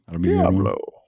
Diablo